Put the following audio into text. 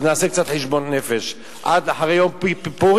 אז נעשה קצת חשבון נפש עד אחרי יום פורים.